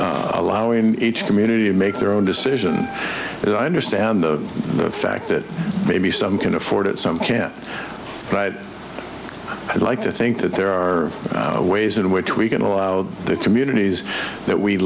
with allowing each community to make their own decision and i understand the fact that maybe some can afford it some can't but i'd like to think that there are ways in which we can allow the communities that we